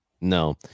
No